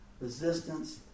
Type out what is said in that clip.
resistance